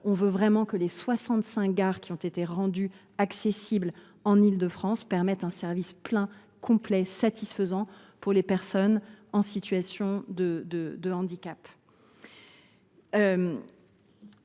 voulons vraiment que les 65 gares qui ont été rendues accessibles en Île de France offrent un service plein, complet et satisfaisant aux personnes en situation de handicap.